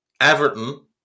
Everton